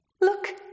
Look